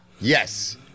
Yes